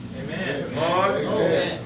Amen